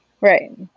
Right